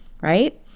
right